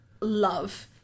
love